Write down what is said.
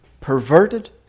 perverted